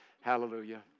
Hallelujah